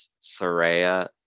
Soraya